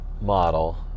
model